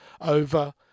over